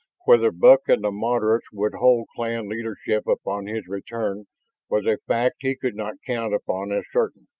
whether buck and the moderates would hold clan leadership upon his return was a fact he could not count upon as certain.